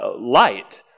light